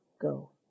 go